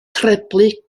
treblu